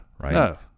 Right